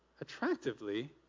attractively